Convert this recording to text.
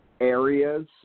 areas